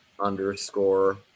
underscore